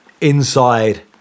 inside